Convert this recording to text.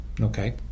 Okay